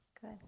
Good